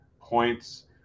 points